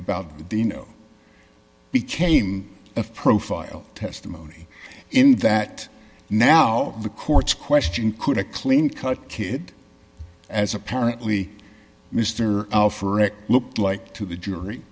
the dino became a profile testimony in that now the court's question could a clean cut kid as apparently mr for it looked like to the jury